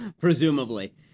presumably